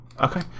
Okay